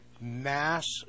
mass